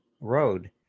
road